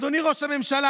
אדוני ראש הממשלה,